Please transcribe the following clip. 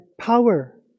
power